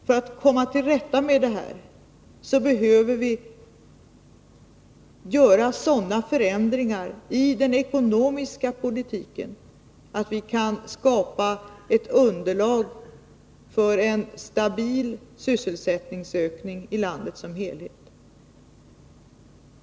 För att komma till rätta med detta behöver vi göra sådana förändringar i den ekonomiska politiken att vi kan skapa ett underlag för en stabil sysselsättningsökning i landet som helhet.